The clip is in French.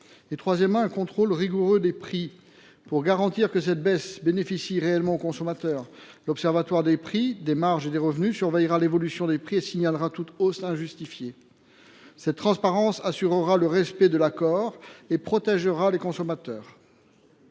permettront un contrôle rigoureux des prix. Pour garantir que la baisse décidée bénéficie réellement aux consommateurs, l’observatoire des prix, des marges et des revenus surveillera l’évolution des prix et signalera toute hausse injustifiée. Cette transparence assurera le respect de l’accord et protégera les consommateurs.